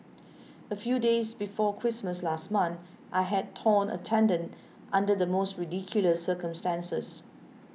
a few days before Christmas last month I had torn a tendon under the most ridiculous circumstances